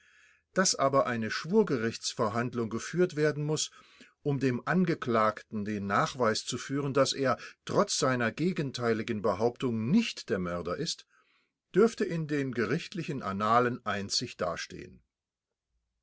daß aber eine schwurgerichtsverhandlung geführt werden muß um dem angeklagten den nachweis zu führen daß er trotz seiner gegenteiligen behauptung nicht der mörder ist dürfte in den gerichtlichen annalen einzig dastehen